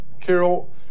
Carol